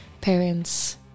parents